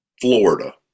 Florida